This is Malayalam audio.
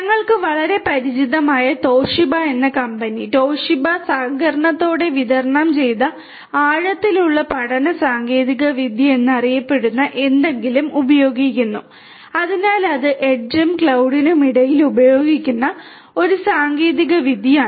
ഞങ്ങൾക്ക് വളരെ പരിചിതമായ തോഷിബ ഉപയോഗിക്കുന്ന ഒരു സാങ്കേതികവിദ്യയാണ്